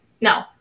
No